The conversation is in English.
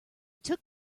took